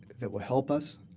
that will help us.